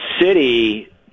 city